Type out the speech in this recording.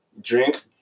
drink